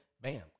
Bam